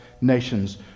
nations